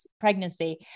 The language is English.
pregnancy